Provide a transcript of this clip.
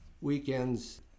weekends